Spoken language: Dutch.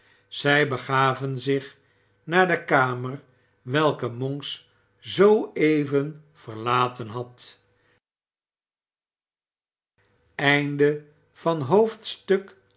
zij begaven zich naar de kamer welke monks zooeven verlaten had